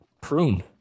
prune